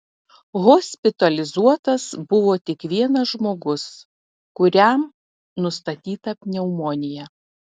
hospitalizuotas buvo tik vienas žmogus kuriam nustatyta pneumonija